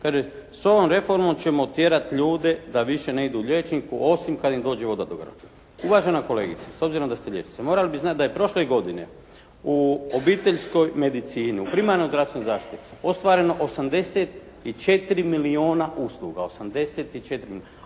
s ovom reformom ćemo otjerati ljude da više ne idu liječniku osim kad im dođe voda do grla. Uvažena kolegice, s obzirom da ste liječnica, morali bi znati da je prošle godine u obiteljskoj medicini, u primarnoj zdravstvenoj zaštiti ostvareno 84 milijuna usluga,